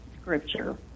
scripture